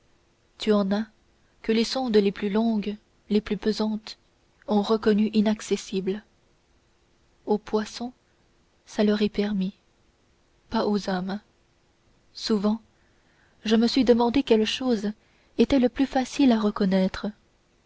tu en as que les sondes les plus longues les plus pesantes ont reconnu inaccessibles aux poissons ça leur est permis pas aux hommes souvent je me suis demandé quelle chose était le plus facile à reconnaître